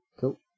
Cool